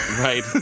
Right